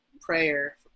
prayer